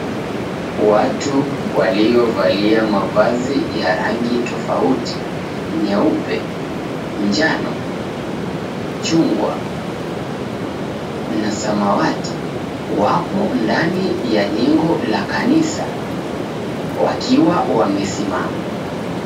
Watu waliovalia mavazi ya rangi tofauti nyeupe, njano, chungwa na samawati wapo ndani ya jengo la kanisa wakiwa wamesimama.